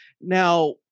now